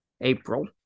April